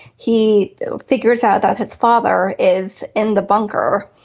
he figures out that his father is in the bunker.